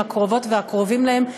עם הקרובות והקרובים להם,